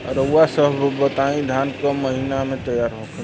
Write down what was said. रउआ सभ बताई धान क महीना में तैयार होखेला?